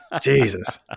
Jesus